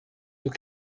your